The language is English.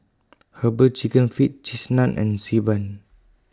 Herbal Chicken Feet Cheese Naan and Xi Ban